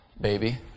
baby